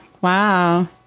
Wow